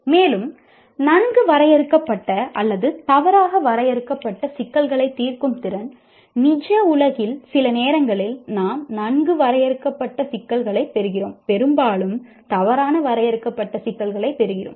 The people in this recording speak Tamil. மேலும் நன்கு வரையறுக்கப்பட்ட அல்லது தவறாக வரையறுக்கப்பட்ட சிக்கல்களைத் தீர்க்கும் திறன் நிஜ உலகில் சில நேரங்களில் நாம் நன்கு வரையறுக்கப்பட்ட சிக்கல்களைப் பெறுகிறோம் பெரும்பாலும் தவறான வரையறுக்கப்பட்ட சிக்கல்களைப் பெறுகிறோம்